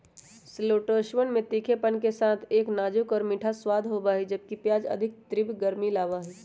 शैलोट्सवन में तीखेपन के साथ एक नाजुक और मीठा स्वाद होबा हई, जबकि प्याज अधिक तीव्र गर्मी लाबा हई